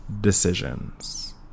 decisions